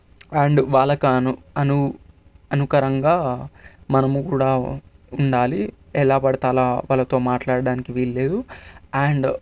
and వాళ్ళకి ను అను అనుకరంగా మనము కూడా ఉండాలి ఎలా పడితే అలా వాళ్ళతో మాట్లాడడానికి వీల్లేదు అండ్